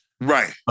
Right